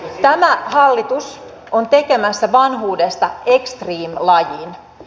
tämä hallitus on tekemässä vanhuudesta extremelajin